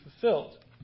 fulfilled